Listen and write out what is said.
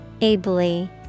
ably